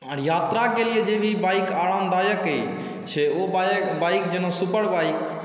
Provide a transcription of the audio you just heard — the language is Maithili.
आओर यात्राके लिए जे भी बाइक आरामदायक अइ से ओ बाइक जेना सुपर बाइक